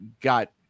got